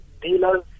dealers